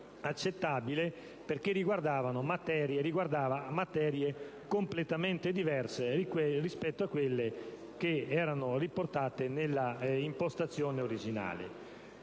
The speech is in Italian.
perché riguardava materie completamente diverse rispetto a quelle riportate nell'impostazione originale.